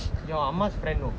your ah ma's friend know